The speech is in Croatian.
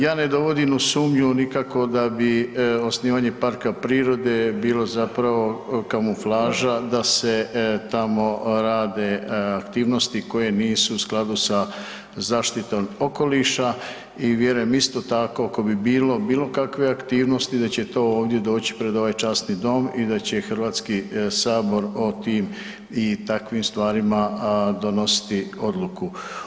Ja ne dovodim u sumnju nikako da bi osnivanje parka prirode bilo zapravo kamuflaža da se tamo rade aktivnosti koje nisu u skladu sa zaštitom okoliša i vjerujem isto tako ako bi bilo bilo kakve aktivnosti da će to ovdje doći pred ovaj časni dom i da će HS o tim i takvim stvarima donositi odluku.